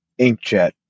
inkjet